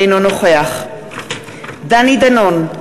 אינו נוכח דני דנון,